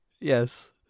Yes